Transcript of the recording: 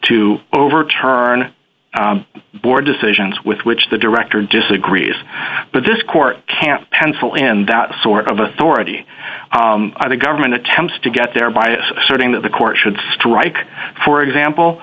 to overturn board decisions with which the director disagrees but this court can't pencil in that sort of authority the government attempts to get their bias asserting that the court should strike for example